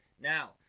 Now